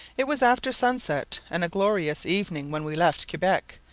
it was after sunset, and a glorious evening, when we left quebec,